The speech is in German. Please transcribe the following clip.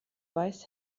weiß